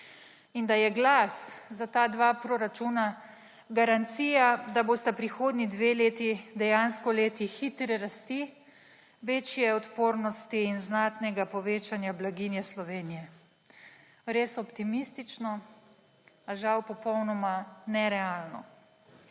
in da je glas za ta dva proračuna garancija, da bosta prihodnji dve leti dejansko v letih hitre rasti, večje odpornosti in znatnega povečanja blaginje Slovenije. Res optimistično, a žal popolnoma nerealno.